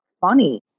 funny